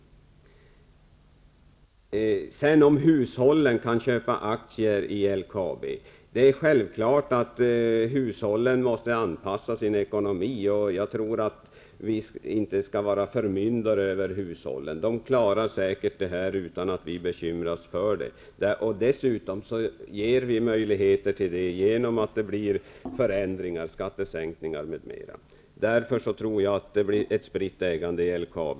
Sedan till frågan om hushållen och deras möjligheter att köpa aktier i LKAB. Självfallet måste hushållen anpassa sin ekonomi. Jag tror inte att vi skall vara förmyndare över hushållen. De klarar säkert det här utan att vi bekymrar oss. Dessutom får hushållen andra möjligheter genom olika förändringar -- skattesänkningar m.m. Därför tror jag att det så småningom blir ett spritt ägande i LKAB.